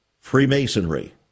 Freemasonry